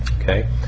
Okay